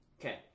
Okay